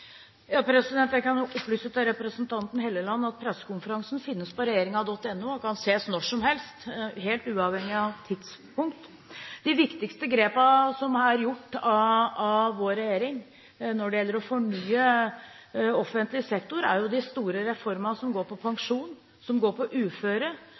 Jeg kan opplyse til representanten Helleland at pressekonferansen finnes på regjeringen.no, og kan ses når som helst helt uavhengig av tidspunkt. De viktigste grepene som er tatt av vår regjering når det gjelder å fornye offentlig sektor, er de store reformene som gjelder pensjon, uføre, og som gjelder å effektivisere helsevesenet vårt ved å gi tjenestene på